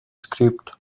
script